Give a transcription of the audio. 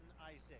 Isaac